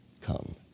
Come